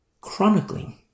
chronicling